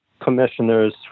commissioners